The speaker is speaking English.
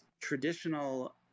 traditional